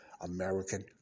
American